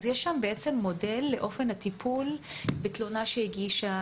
אז יש שם מודל לאופן הטיפול בתלונה שהפגישה